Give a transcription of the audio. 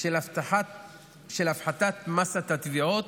של הפחתת מאסת התביעות,